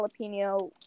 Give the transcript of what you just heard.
jalapeno